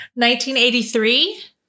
1983